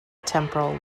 temporal